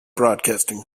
broadcasting